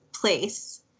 place